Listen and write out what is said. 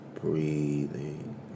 breathing